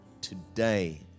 Today